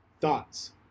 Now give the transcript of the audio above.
thoughts